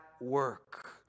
work